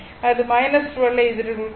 இது 12 ஐ எதிர்கொள்கிறது